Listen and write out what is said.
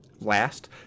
last